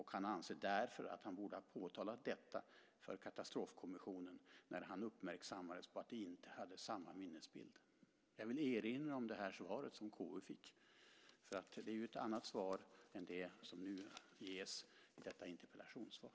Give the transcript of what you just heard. Han anser därför att han borde ha påtalat detta för Katastrofkommissionen när han uppmärksammades på att de inte hade samma minnesbild. Jag vill erinra om det svar som KU fick. Det är ett annat svar än det som nu ges i detta interpellationssvar.